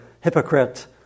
Hypocrite